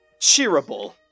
cheerable